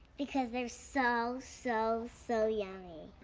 because they're so, so, so yummy.